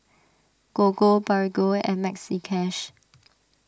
Gogo Bargo and Maxi Cash